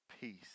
peace